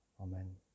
Amen